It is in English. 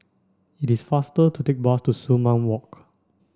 it is faster to take bus to Sumang Walk